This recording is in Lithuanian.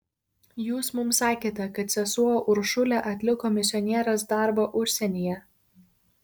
jūs mums sakėte kad sesuo uršulė atliko misionierės darbą užsienyje